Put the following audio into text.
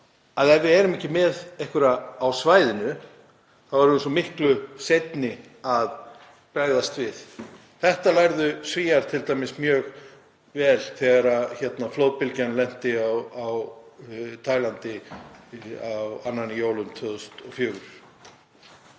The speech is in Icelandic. að ef við erum ekki með einhverja á svæðinu þá erum við svo miklu seinni til að bregðast við. Þetta lærðu Svíar t.d. mjög vel þegar flóðbylgjan lenti á Taílandi á annan í jólum 2004.